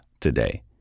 today